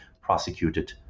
prosecuted